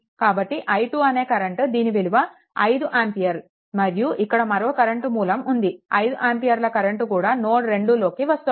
కాబట్టి i2 అనే current దీని విలువ 5 అంపియర్ మరియు ఇక్కడ మరో కరెంట్ మూలం ఉంది 5 ఆంపియర్ల కరెంట్ కూడా నోడ్2 లోకి వస్తుంది